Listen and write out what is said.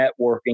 networking